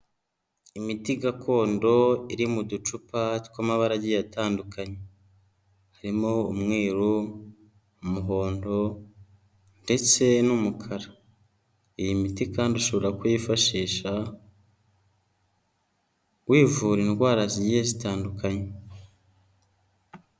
Imiti gakondo iri mu ducupa tw'amabara agiye atandukanye harimo umweru, umuhondo ndetse n'umukara. Iyi miti kandi ushobora kuyifashisha wivura indwara zigiye zitandukanye.